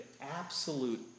absolute